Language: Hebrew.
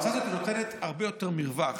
ההצעה הזו נותנת הרבה יותר מרווח